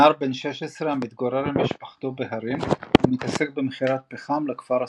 נער בן 16 המתגורר עם משפחתו בהרים ומתעסק במכירת פחם לכפר הסמוך,